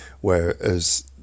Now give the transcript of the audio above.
whereas